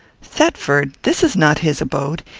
thetford! this is not his abode.